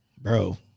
bro